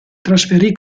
trasferì